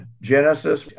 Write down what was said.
Genesis